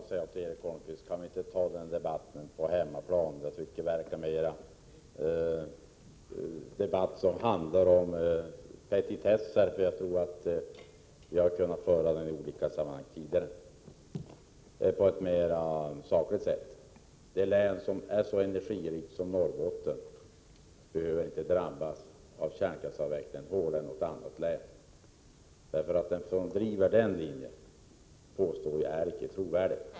Fru talman! Kan vi inte föra denna debatt på hemmaplan, Erik Holmkvist? Debatten verkar nu alltmera handla om petitesser och frågor som vi i olika sammanhang och på ett mera sakligt sätt tidigare har kunnat diskutera. Ett län som är så rikt på energi som Norrbotten behöver inte drabbas hårdare av kärnkraftsavvecklingen än något annat län. Jag påstår att den som driver någon annan linje icke är trovärdig.